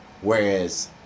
Whereas